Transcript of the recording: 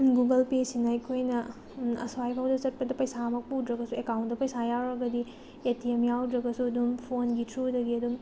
Google ꯄꯦꯁꯤꯅ ꯑꯩꯈꯣꯏꯅ ꯑꯁ꯭ꯋꯥꯏ ꯐꯥꯎꯗ ꯆꯠꯄꯗ ꯄꯩꯁꯥ ꯑꯝꯐꯥꯎ ꯄꯨꯗ꯭ꯔꯒꯁꯨ ꯑꯦꯀꯥꯎꯟꯗ ꯄꯩꯁꯥ ꯌꯥꯎꯔꯒꯗꯤ ꯑꯦ ꯇꯤ ꯑꯦꯝ ꯌꯥꯎꯗ꯭ꯔꯒꯁꯨ ꯑꯗꯨꯝ ꯐꯣꯟꯒꯤ ꯊ꯭ꯔꯨꯗꯒꯤ ꯑꯗꯨꯝ